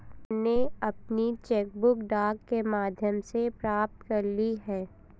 मैनें अपनी cheque book डाक के माध्यम से प्राप्त कर ली है